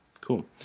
Cool